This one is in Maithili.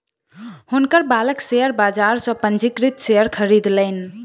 हुनकर बालक शेयर बाजार सॅ पंजीकृत शेयर खरीदलैन